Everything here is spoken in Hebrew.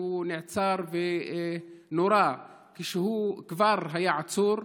שהוא נעצר ונורה כשהוא כבר היה עצור.